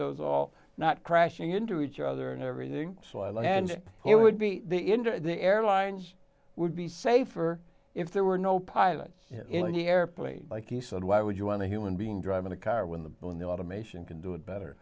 all not crashing into each other and everything so i like and who would be into it the airlines would be safer if there were no pilots in the airplane like you said why would you want a human being driving a car when the boy in the automation can do it better